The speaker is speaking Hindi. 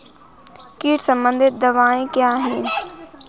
कीट संबंधित दवाएँ क्या हैं?